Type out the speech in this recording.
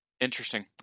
Interesting